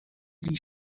die